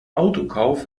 autokauf